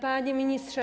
Panie Ministrze!